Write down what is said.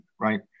right